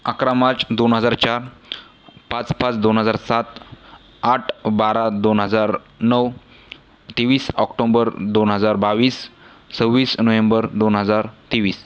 अकरा मार्च दोन हजार चार पाच पाच दोन हजार सात आठ बारा दोन हजार नऊ तेवीस ऑक्टोंबर दोन हजार बावीस सव्वीस नोव्हेंबर दोन हजार तेवीस